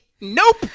nope